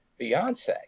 Beyonce